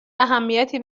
اهمیتی